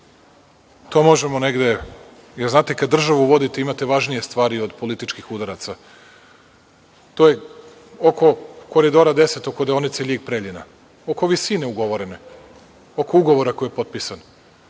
To možemo negde, jer znate kada državu vodite imate važnije stvari od političkih udaraca, to je oko Koridora 10, oko deonice Ljig-Preljina, oko visine ugovorene, oko ugovora koji je potpisan.